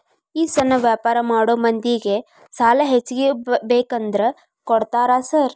ಈ ಸಣ್ಣ ವ್ಯಾಪಾರ ಮಾಡೋ ಮಂದಿಗೆ ಸಾಲ ಹೆಚ್ಚಿಗಿ ಬೇಕಂದ್ರ ಕೊಡ್ತೇರಾ ಸಾರ್?